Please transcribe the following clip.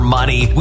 money